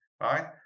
right